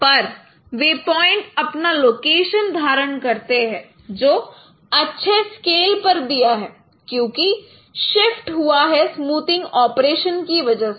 पर वह पॉइंट अपना लोकेशन धारण करते हैं जो अच्छे स्केल पर दिया है क्योंकि शिफ्ट हुआ है स्मूथनिंग ऑपरेशंस की वजह से